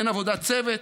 אין עבודת צוות,